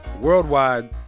worldwide